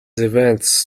events